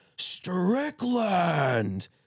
Strickland